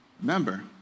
Remember